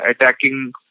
attacking